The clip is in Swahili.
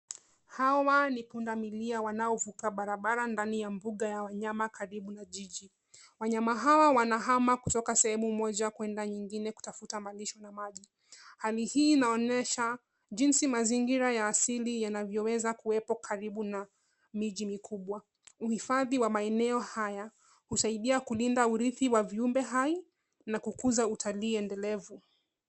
Hawa ni pundamilia wanaovuka barabara ndani ya mbuga ya wanyama karibu na jiji. Wanyama hawa wanahama kutoka sehemu moja kwenda nyingine kutafuta malishe na maji. Hali hii inaonyesha jinsi mazingira ya asili yanavyoweza kuwepo karibu na miji mikubwa. Uhifadhi wa maeneo haya husaidia kulinda uridhi wa viumbe hai na kukuza utalii endelevu.